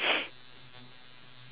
ya